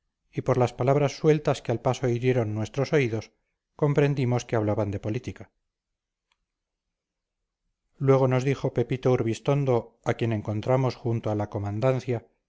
y por las palabras sueltas que al paso hirieron nuestros oídos comprendimos que hablaban de política luego nos dijo pepito urbistondo a quien encontramos junto a la comandancia